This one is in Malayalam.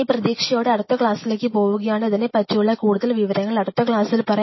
ഈ പ്രതീക്ഷയോടെ അടുത്ത ക്ലാസ്സിലേക്ക് പോവുകയാണ് ഇതിനെ പറ്റിയുള്ള ഉള്ള കൂടുതൽ വിവരങ്ങൾ അടുത്ത ക്ലാസ്സിൽ പറയാം